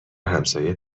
همسایه